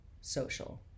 social